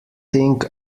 thing